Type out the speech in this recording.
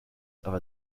have